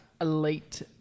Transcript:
elite